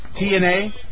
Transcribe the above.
TNA